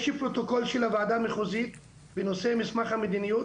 יש לי פרוטוקול של הוועדה המחוזית בנושא מסמך המדיניות,